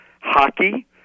hockey